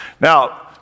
Now